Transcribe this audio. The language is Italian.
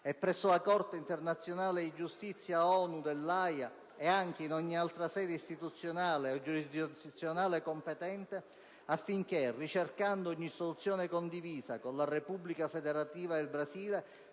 e presso la Corte internazionale di giustizia ONU dell'Aja e in ogni altra sede istituzionale o giurisdizionale competente, affinché, ricercando ogni soluzione condivisa con la Repubblica Federativa del Brasile,